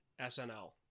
SNL